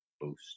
boost